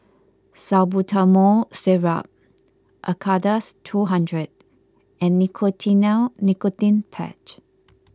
Salbutamol Syrup Acardust two hundred and Nicotinell Nicotine Patch